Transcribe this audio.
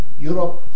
Europe